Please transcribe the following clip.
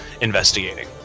investigating